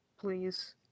Please